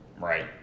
Right